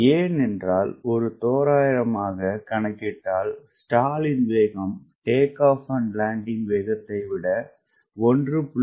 ஏன் என்றால் ஒரு தோராயமாக கணக்கிட்டால்ஸ்டாலின்வேகம்டேக் ஆப் அண்ட் லெண்டிங் வேகத்தைவிட 1